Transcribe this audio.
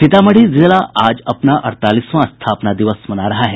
सीतामढ़ी जिला आज अपना अड़तालीसवां स्थापना दिवस मना रहा है